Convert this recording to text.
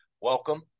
welcome